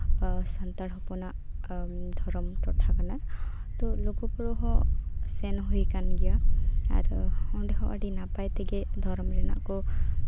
ᱟᱵᱚ ᱥᱟᱱᱛᱟᱲ ᱦᱚᱯᱚᱱᱟᱜ ᱫᱷᱚᱨᱚᱢ ᱴᱚᱴᱷᱟ ᱠᱟᱱᱟ ᱛᱳ ᱞᱩᱜᱩᱼᱵᱩᱨᱩ ᱦᱚᱸ ᱥᱮᱱ ᱦᱩᱭ ᱠᱟᱱ ᱜᱮᱭᱟ ᱟᱨ ᱚᱸᱰᱮᱦᱚᱸ ᱟᱹᱰᱤ ᱱᱟᱯᱟᱭ ᱛᱮᱜᱮ ᱫᱷᱚᱨᱚᱢ ᱨᱮᱱᱟᱜ ᱠᱚ